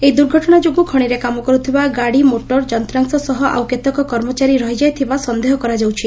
ଏହି ଦୁର୍ଘଟଣା ଯୋଗୁଁ ଖଶିରେ କାମ କରୁଥିବା ଗାଡ଼ି ମୋଟର ଯନ୍ତାଂଶ ସହ ଆଉ କେତେକ କର୍ମଚାରୀ ରହିଯାଇଥିବା ସନ୍ଦେହ କରାଯାଉଛି